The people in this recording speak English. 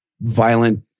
violent